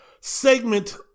segment